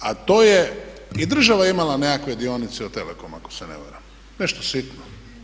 A to je i država je imala nekakve dionice od Telecoma ako se ne varam, nešto sitno.